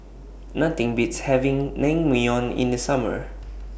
Nothing Beats having Naengmyeon in The Summer